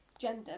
gender